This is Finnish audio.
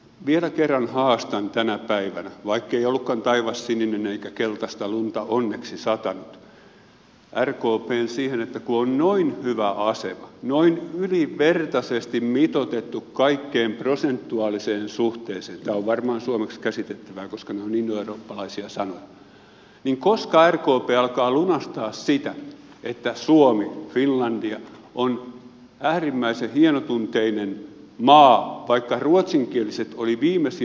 vielä kerran haastan tänä päivänä vaikkei ollutkaan taivas sininen eikä keltaista lunta onneksi satanut rkpn siihen kun on noin hyvä asema noin ylivertaisesti mitoitettu kaikkeen prosentuaaliseen suhteeseen tämä on varmaan suomeksi käsitettävää koska nämä ovat indoeurooppalaisia sanoja koska rkp alkaa lunastaa sitä että suomi finlandia on äärimmäisen hienotunteinen maa vaikka ruotsinkieliset olivat viimeisiä rasisteja